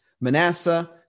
Manasseh